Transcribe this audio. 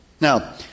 Now